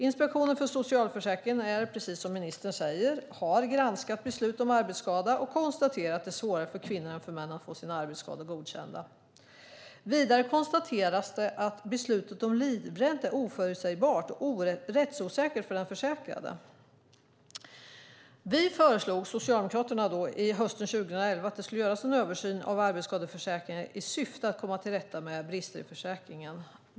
Inspektionen för socialförsäkringen har, precis som ministern säger, granskat beslut om arbetsskada, och man konstaterar att det är svårare för kvinnor än för män att få sina arbetsskador godkända. Vidare konstateras det att beslutet om livränta är oförutsägbart och rättsosäkert för den försäkrade. Vi socialdemokrater föreslog hösten 2011 att det skulle göras en översyn av arbetsskadeförsäkringen i syfte att komma till rätta med brister i försäkringen.